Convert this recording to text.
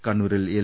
കണ്ണൂരിൽ എൽ